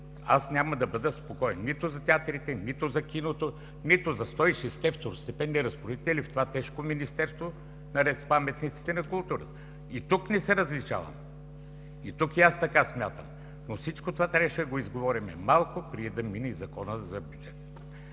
няма да бъда спокоен – нито за театрите, нито за киното, нито за 160-те второстепенни разпоредители в това тежко Министерство, наред с паметниците на културата. И тук не се различаваме. И тук и аз така смятам. Но всичкото това трябваше да го изговорим малко преди да мине Законът за бюджета.